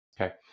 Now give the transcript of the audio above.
Okay